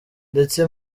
ndetse